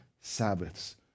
sabbaths